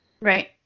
Right